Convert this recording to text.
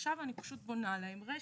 עכשיו אני בונה להם רשת.